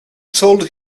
told